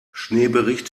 schneebericht